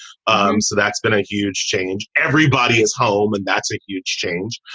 um so that's been a huge change. everybody is home and that's a huge change.